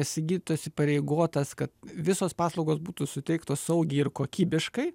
sigitas įpareigotas kad visos paslaugos būtų suteiktos saugiai ir kokybiškai